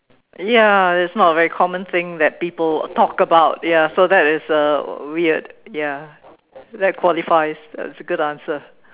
ya it's not a very common thing that people talk about ya so that is uh weird ya that qualifies as a good answer